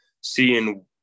seeing –